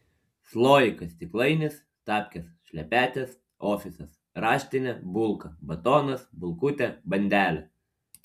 sloikas stiklainis tapkės šlepetės ofisas raštinė bulka batonas bulkutė bandelė